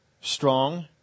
strong